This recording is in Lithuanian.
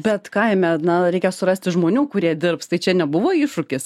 bet kaime na reikia surasti žmonių kurie dirbs tai čia nebuvo iššūkis